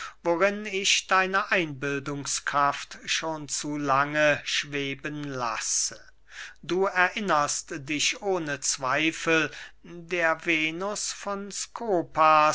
worin ich deine einbildungskraft schon zu lange schweben lasse du erinnerst dich ohne zweifel der venus von